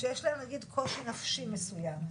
בשביל זה אנחנו מגייסים אותן לצה"ל.